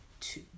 two